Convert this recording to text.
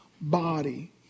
body